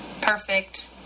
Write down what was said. Perfect